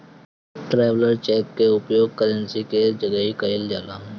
traveller cheque कअ उपयोग currency के जगही कईल जाला